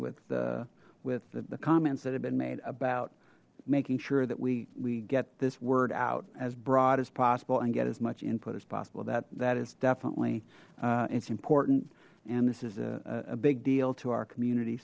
with with the comments that have been made about making sure that we get this word out as broad as possible and get as much input as possible that that is definitely it's important and this is a big deal to our community